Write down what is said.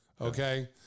okay